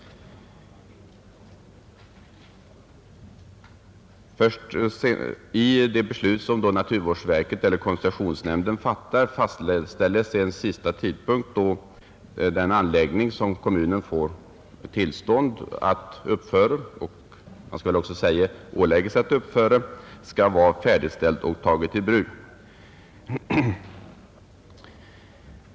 I det beslut som naturvårdsverket eller koncessionsnämnden fattar fastställs en sista tidpunkt då den anläggning som kommunen får tillstånd att uppföra — och man skall väl också säga åläggs att uppföra — skall vara färdigställd och tagen i bruk.